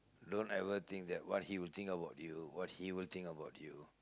don't ever think that what he will think about you what he will think about you